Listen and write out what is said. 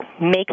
make